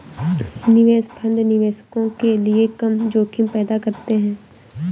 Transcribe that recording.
निवेश फंड निवेशकों के लिए कम जोखिम पैदा करते हैं